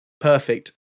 perfect